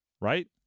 right